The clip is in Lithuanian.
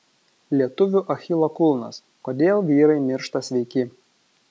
lietuvių achilo kulnas kodėl vyrai miršta sveiki